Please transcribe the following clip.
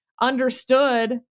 understood